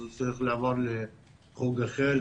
אז הוא צריך לעבור לחוג אחר,